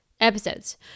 episodes